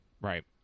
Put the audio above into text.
Right